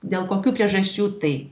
dėl kokių priežasčių tai